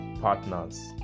partners